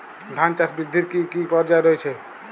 ধান চাষ বৃদ্ধির কী কী পর্যায় রয়েছে?